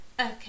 Okay